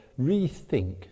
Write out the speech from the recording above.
rethink